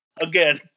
again